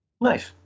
Nice